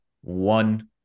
one